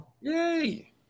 Yay